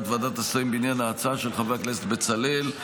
ועדת השרים בעניין ההצעה של חבר הכנסת בצלאל,